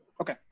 okay